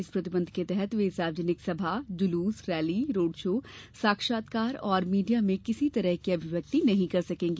इस प्रतिबंध के तहत वे सार्वजनिक सभा जुलूस रैली रोड शो साक्षात्कार और मीडिया में किसी तरह की अभिव्यक्ति नहीं कर सकेंगी